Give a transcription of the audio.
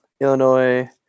illinois